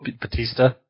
Batista